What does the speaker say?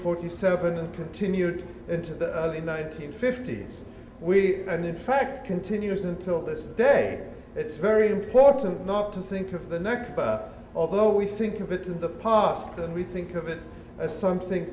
forty seven and continued into the nineteen fifties we had in fact continues until this day it's very important not to think of the next although we think of it to the past and we think of it as something